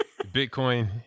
bitcoin